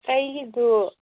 ꯑꯩꯒꯤꯗꯨ